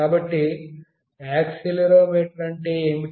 కాబట్టి యాక్సిలెరోమీటర్ అంటే ఏమిటి